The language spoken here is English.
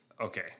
Okay